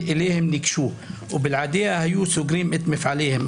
הם ניגשו ובלעדיה היו סוגרים את מפעליהם.